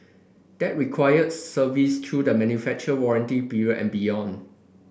that require service through the manufacturer warranty period and beyond